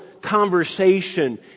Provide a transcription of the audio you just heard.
conversation